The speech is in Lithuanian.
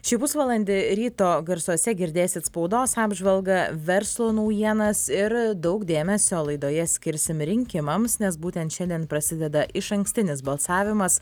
šį pusvalandį ryto garsuose girdėsit spaudos apžvalgą verslo naujienas ir daug dėmesio laidoje skirsime rinkimams nes būtent šiandien prasideda išankstinis balsavimas